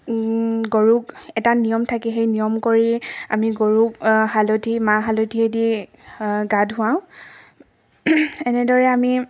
গৰুক এটা নিয়ম থাকে সেই নিয়ম কৰি আমি গৰুক হালধি মাহ হালধিয়েদি গা ধুৱাওঁ এনেদৰে আমি